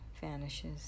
vanishes